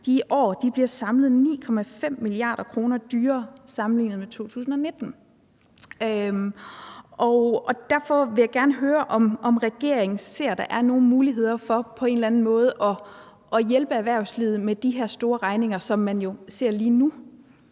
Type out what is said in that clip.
i år samlet bliver 9,5 mia. kr. dyrere sammenlignet med 2019. Derfor vil jeg gerne høre, om regeringen ser, at der er nogen muligheder for på en eller anden måde at hjælpe erhvervslivet med de her store regninger, som man jo ser lige nu.